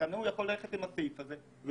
כאן יכול ללכת עם הסעיף הזה ולפתוח,